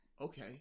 Okay